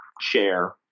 share